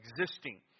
existing